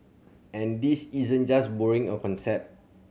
and this isn't just borrowing a concept